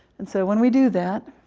and so when we do, that